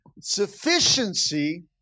Sufficiency